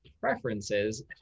preferences